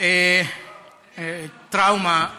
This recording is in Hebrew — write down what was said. טראומה